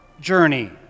journey